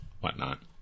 whatnot